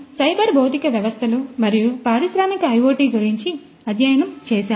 మనము సైబర్ భౌతిక వ్యవస్థలు మరియు పారిశ్రామిక IOT గురించి అధ్యయనం చేసాము